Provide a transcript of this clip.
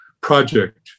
project